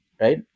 right